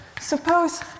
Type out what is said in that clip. suppose